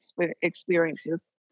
experiences